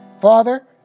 Father